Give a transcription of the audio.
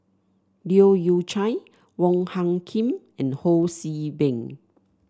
Leu Yew Chye Wong Hung Khim and Ho See Beng